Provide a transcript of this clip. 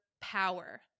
power